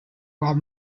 while